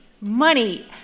money